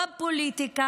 בפוליטיקה,